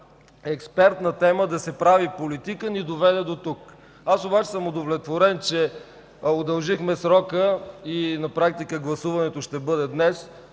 експертна тема да се прави политика ни доведе дотук. Аз обаче съм удовлетворен, че удължихме срока, и на практика гласуването ще бъде днес,